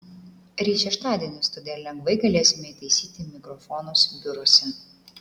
ryt šeštadienis todėl lengvai galėsime įtaisyti mikrofonus biuruose